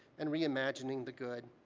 and reimagining the good.